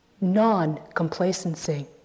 non-complacency